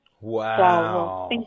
Wow